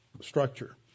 structure